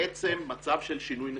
בעצם מצב של שינוי נסיבות.